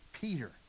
Peter